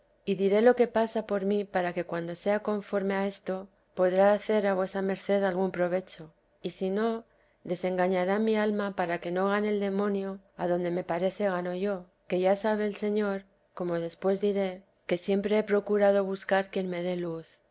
y diré lo que pasa por mí para que cuando sea conforme a esto podrá hacer a vuesa merced algún provecho y sino desengañará mi alma para que no gane el demonio adonde me parece gano yo que ya sabe el señor como después diré que siempre he procurado buscar quien me dé luz